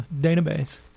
database